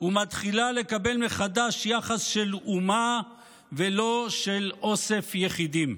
ומתחילה לקבל מחדש יחס של אומה ולא של אוסף יחידים.